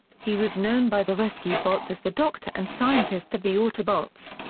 he was known by the rescue bots as the doctor and scientist of the autobots.